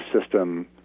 system